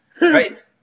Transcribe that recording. right